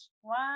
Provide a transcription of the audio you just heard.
one